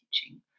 teaching